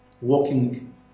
walking